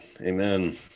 Amen